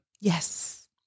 Yes